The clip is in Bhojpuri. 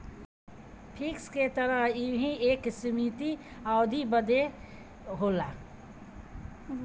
फिक्स के तरह यहू एक सीमित अवधी बदे होला